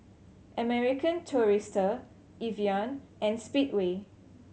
American Tourister Evian and Speedway